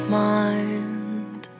mind